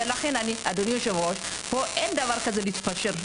לכן אני, אדוני יושב הראש פה אין דבר כזה להתפשר.